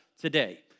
today